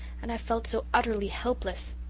and i felt so utterly helpless.